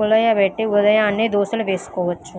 పులియబెట్టి ఉదయాన్నే దోశల్ని వేసుకోవచ్చు